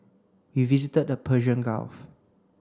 we visited the Persian Gulf